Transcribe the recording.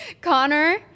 Connor